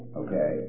okay